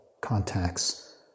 contacts